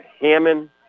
Hammond